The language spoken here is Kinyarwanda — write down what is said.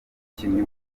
umukinnyi